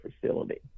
facility